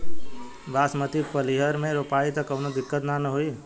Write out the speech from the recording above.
बासमती पलिहर में रोपाई त कवनो दिक्कत ना होई न?